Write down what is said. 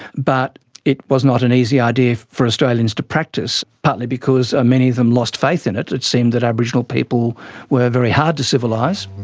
but it was not an easy idea for australians to practise, partly because many of them lost faith in it. it seemed that aboriginal people were very hard to civilise.